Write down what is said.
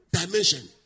dimension